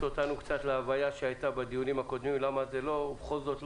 אותנו קצת להווייה שהייתה בדיונים הקודמים בכל זאת,